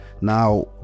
now